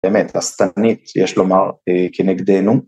באמת השטנית יש לומר כנגדנו.